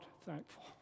thankful